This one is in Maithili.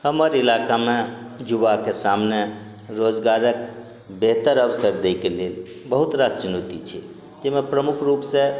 हमर इलाकामे युवाके सामने रोजगारक बेहतर अवसर दैके लेल बहुत रास चुनौती छै जैमे प्रमुख रूपसँ